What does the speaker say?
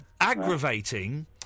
Aggravating